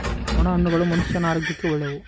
ಒಣ ಹಣ್ಣುಗಳು ಮನುಷ್ಯನ ಆರೋಗ್ಯಕ್ಕ ಒಳ್ಳೆವು